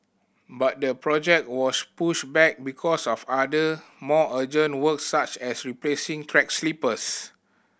but the project was pushed back because of other more urgent works such as replacing track sleepers